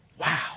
Wow